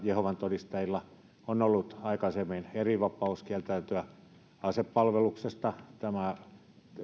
jehovan todistajilla on ollut aikaisemmin erivapaus kieltäytyä asepalveluksesta ja tämä